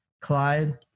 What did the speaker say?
Clyde